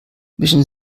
mischen